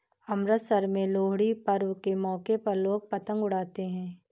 अमृतसर में लोहड़ी पर्व के मौके पर लोग पतंग उड़ाते है